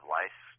life